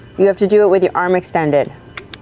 you have to do it with your arm extended.